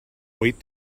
wait